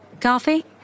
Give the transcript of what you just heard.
Coffee